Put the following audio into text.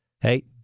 Hey